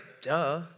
duh